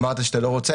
אמרת שאתה לא רוצה,